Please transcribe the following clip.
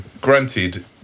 Granted